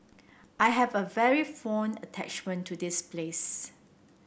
I have a very fond attachment to this place